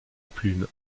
plume